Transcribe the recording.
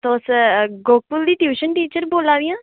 तुस गोकुल हुंदी tuition teacher बोल्ला दियां